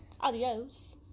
Adios